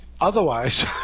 Otherwise